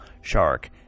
shark